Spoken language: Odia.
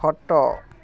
ଖଟ